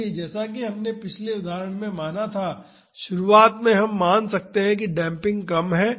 इसलिए जैसा कि हमने पिछले उदाहरण में माना था शुरू में हम मान सकते हैं कि डेम्पिंग कम है